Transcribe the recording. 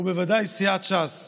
ובוודאי סיעת ש"ס.